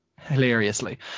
hilariously